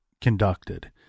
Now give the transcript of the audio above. conducted